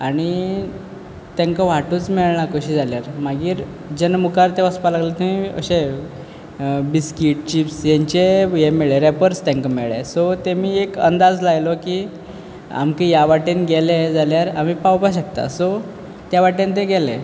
आणी तेंकां वाटच मेळना कश्शी जाल्यार मागीर जेन्ना मुखार वचपा लागले थंय अशे बिस्कीट चिप्स हेंचे हे मेळ्ळें रेपर्स तेंकां मेयळ्ळे सो तेणे अंदाज लायलो की आमकां ह्या वाटेन गेले जाल्यार आमी पावपा शकता सो त्या वाटेन ते गेले